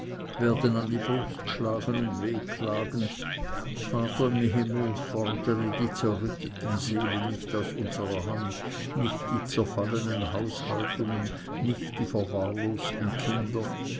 werden an die brust schlagen und wehklagen vater im himmel fordere die zerrütteten seelen nicht aus unserer hand nicht die zerfallenen haushaltungen nicht die verwahrlosten kinder